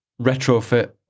retrofit